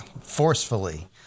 forcefully